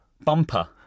Bumper